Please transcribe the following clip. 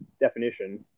definition